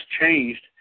changed